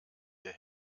ihr